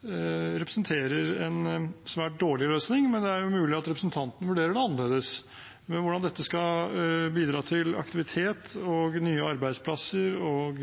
mulig representanten vurderer det annerledes. Hvordan det skal bidra til aktivitet, nye arbeidsplasser og